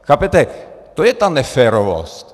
Chápete, to je ta neférovost.